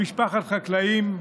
למשפחת חקלאים,